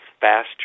faster